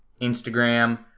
Instagram